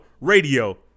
Radio